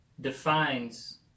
defines